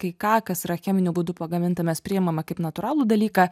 kai ką kas yra cheminiu būdu pagaminta mes priimame kaip natūralų dalyką